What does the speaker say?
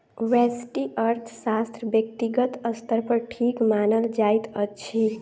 व्यष्टि अर्थशास्त्र व्यक्तिगत स्तर पर ठीक मानल जाइत अछि